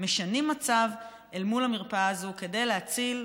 את המצב אל מול המרפאה הזאת כדי להציל,